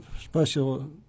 special